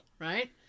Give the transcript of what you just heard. right